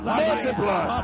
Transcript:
multiply